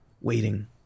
waiting